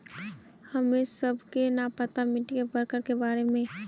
हमें सबके न पता मिट्टी के प्रकार के बारे में?